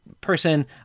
person